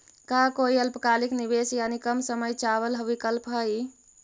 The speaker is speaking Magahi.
का कोई अल्पकालिक निवेश यानी कम समय चावल विकल्प हई?